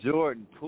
Jordan